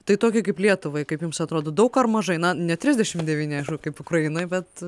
tai tokiai kaip lietuvai kaip jums atrodo daug ar mažai na ne trisdešim devyni kaip ukrainoj bet